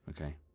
Okay